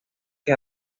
que